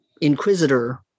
inquisitor